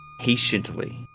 Patiently